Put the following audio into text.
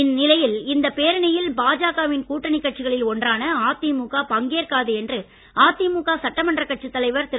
இந்நிலையில் இந்தப் பேரணியில் பாஜக வின் கூட்டணி கட்சிகளில் ஒன்றான் அதிமுக பங்கேற்காது என்று அதிமுக சட்டமன்றக் கட்சித் தலைவர் திரு